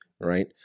right